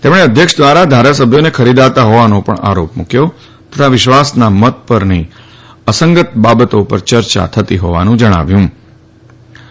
તેમણે અધ્યક્ષ દ્વારા ધારાસભ્યોને ખરીદાતા હોવાનો આરોપ મૂક્યો તથા વિશ્વાસના મત પર નહિં અને અસંગત બાબતો પર ચર્ચા થતી હોવાનું જણાવ્યં